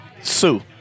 Sue